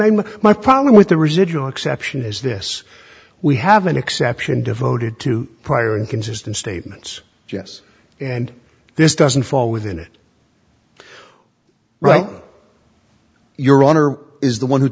to my problem with the residual exception is this we have an exception devoted to prior inconsistent statements yes and this doesn't fall within it well your honor is the one who